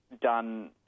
done